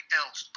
else